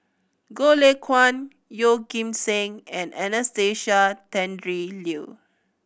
Goh Lay Kuan Yeoh Ghim Seng and Anastasia Tjendri Liew